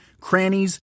crannies